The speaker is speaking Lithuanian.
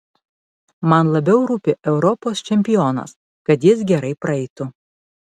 man labiau rūpi europos čempionas kad jis gerai praeitų